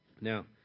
Now